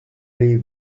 les